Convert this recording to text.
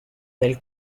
del